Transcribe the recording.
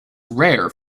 rare